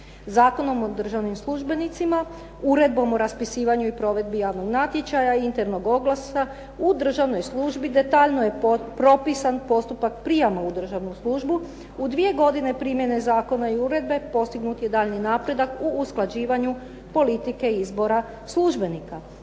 Zakonom o državnim službenicima, Uredbom o raspisivanju i provedbi javnog natječaja, internog oglasa, u državnoj službi detaljno je propisan postupak prijama u državnu službu. U dvije godine primjene zakona i uredbe postignut je daljnji napredak u usklađivanju politike izbora službenika.